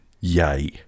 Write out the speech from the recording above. yay